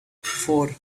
four